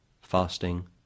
fasting